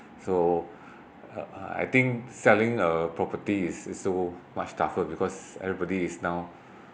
so uh I think selling a property is so much tougher because everybody is now